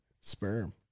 sperm